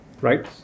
right